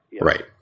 Right